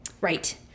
Right